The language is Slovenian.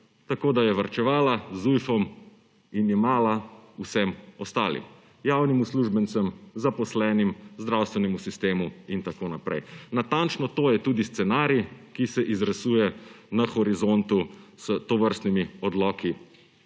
Tako da je varčevala z Zujfom in jemala vsem ostalim, javnim uslužbencem, zaposlenim, zdravstvenemu sistemu in tako naprej. Natančno to je tudi scenarij, ki se izrisuje na horizontu s tovrstnimi odloki